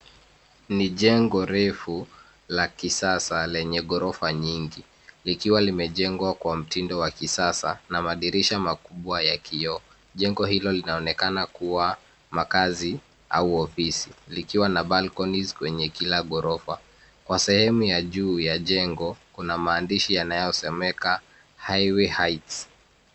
Ni jengo refu la kisasa lenye ghorofa nyingi, likiwa limejengwa kwa mtindo wa kisasa na madirisha makubwa ya kioo. Jengo hilo linaonekana kuwa makazi au ofisi, likiwa na balconies kwenye kila ghorofa. Kwa sehemu ya juu ya jengo kuna maandishi yanayosemeka Highway Heights .